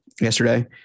yesterday